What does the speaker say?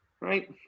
right